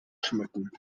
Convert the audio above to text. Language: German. schmücken